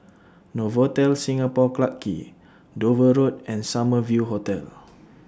Novotel Singapore Clarke Quay Dover Road and Summer View Hotel